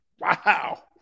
Wow